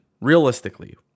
realistically